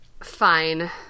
Fine